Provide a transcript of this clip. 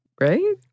right